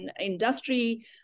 industry